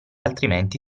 altrimenti